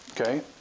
Okay